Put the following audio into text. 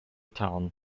town